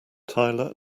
tyler